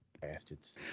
Bastards